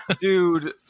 Dude